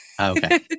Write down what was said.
Okay